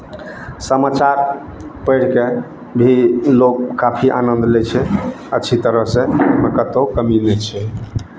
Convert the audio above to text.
समाचार पढ़ि कऽ भी लोक काफी आनन्द लै छै अच्छी तरहसँ ओहिमे कतहु कमी नहि छै